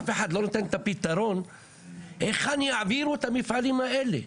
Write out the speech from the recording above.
אף אחד לא נותן את הפתרון איך הם יעבירו את המפעלים האלה,